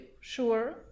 Sure